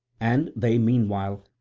and they meanwhile,